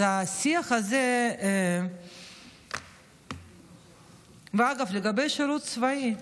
אז השיח הזה, אגב, לגבי שירות צבאי,